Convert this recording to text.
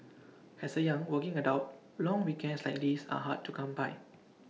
as A young working adult long weekends like these are hard to come by